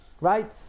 Right